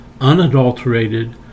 unadulterated